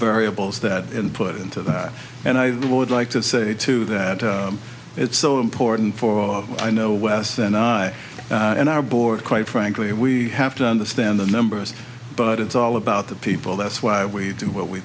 variables that input into that and i would like to say to that it's so important for all of i know wes and i and our board quite frankly we have to understand the numbers but it's all about the people that's why we do what we